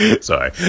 Sorry